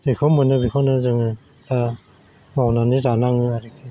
जेखौ मोनो बेखौनो जोङो दा मावनानै जानाङो आरोखि